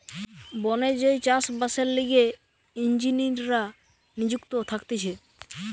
বনে যেই চাষ বাসের লিগে ইঞ্জিনীররা নিযুক্ত থাকতিছে